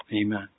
Amen